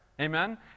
Amen